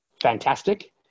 fantastic